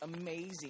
amazing